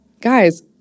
guys